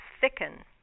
thicken